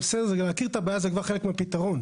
ולהכיר בבעיה זה כבר חלק מהפתרון.